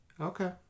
Okay